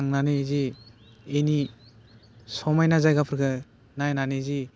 थांनानै जि इनि समायना जायगाफोरखो नायनानै जि